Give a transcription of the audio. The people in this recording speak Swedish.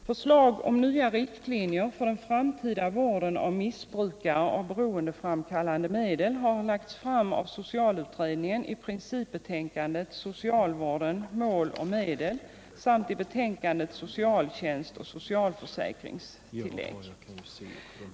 Förslag om nya riktlinjer för den framtida vården av missbrukare av beroendeframkallande medel har lagts fram av socialutredningen i principbetänkandet Socialvården — Mål och medel samt i betänkandet Socialtjänst och socialförsäkringstillägg.